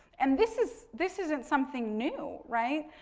and this is, this isn't something new, right.